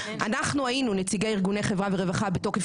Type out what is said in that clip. אנחנו היינו נציגי ארגוני חברה ורווחה בתוקף